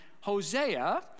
Hosea